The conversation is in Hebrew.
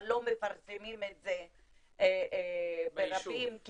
אבל לא מפרסמים את זה ברבים,